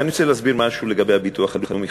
אני רוצה להסביר משהו לגבי הביטוח הלאומי,